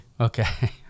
Okay